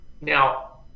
Now